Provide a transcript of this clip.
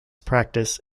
practice